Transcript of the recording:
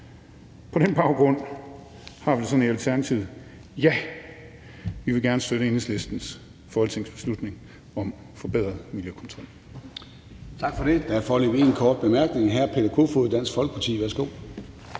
På den baggrund har vi det sådan i Alternativet, at ja, vi vil gerne støtte Enhedslistens forslag til folketingsbeslutning om forbedret miljøkontrol.